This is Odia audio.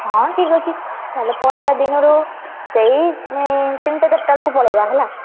ହଁ ଠିକ୍ ଅଛି ତା'ହେଲେ ପଳାଇବା ଦିନରୁ ସେହି ତିନିଟା ଚାରିଟା ବେଳକୁ ପଳାଇବା ହେଲା